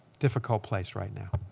difficult place right now.